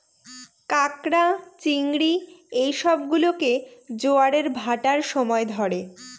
ক্যাঁকড়া, চিংড়ি এই সব গুলোকে জোয়ারের ভাঁটার সময় ধরে